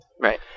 Right